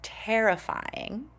terrifying